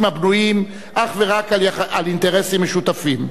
הבנויים אך ורק על אינטרסים משותפים.